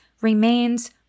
remains